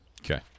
Okay